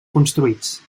construïts